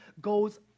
goes